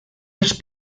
els